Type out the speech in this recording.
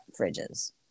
fridges